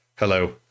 Hello